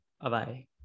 Bye-bye